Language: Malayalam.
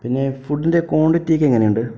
പിന്നെ ഫുഡിൻ്റെ ക്വാണ്ടിറ്റി ഒക്കെ എങ്ങനെ ഉണ്ട്